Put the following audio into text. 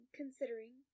considering